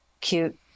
cute